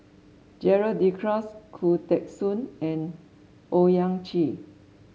Gerald De Cruz Khoo Teng Soon and Owyang Chi